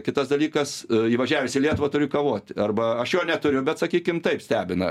kitas dalykas įvažiavęs į lietuvą turiu kavot arba aš jo neturiu bet sakykim taip stebina